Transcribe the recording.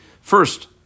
first